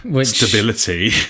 stability